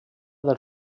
del